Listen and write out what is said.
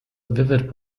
vivid